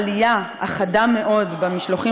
שבעלי-החיים עוברים במסעות האלה שמכונים המשלוחים